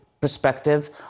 perspective